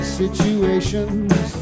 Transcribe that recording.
situations